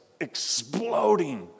exploding